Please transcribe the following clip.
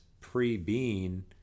pre-Bean